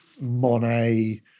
Monet